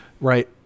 right